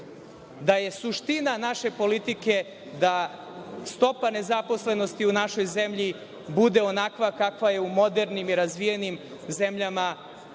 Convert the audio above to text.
da je suština naše politike da stopa nezaposlenosti u našoj zemlji bude onakva kakva je u modernim i razvijenim zemljama